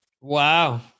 Wow